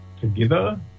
together